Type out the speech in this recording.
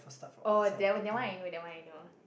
oh that one I know that one I know